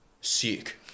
Sick